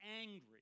angry